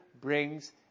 brings